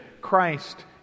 Christ